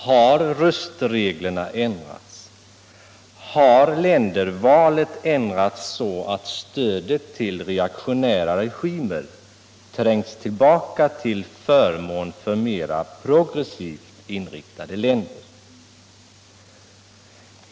Har röstreglerna ändrats? Har ländervalet ändrats så att stödet till reaktionära regimer trängts tillbaka till förmån för mera progressivt inriktade länder?